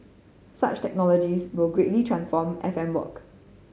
such technologies will greatly transform F M work